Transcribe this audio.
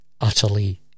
utterly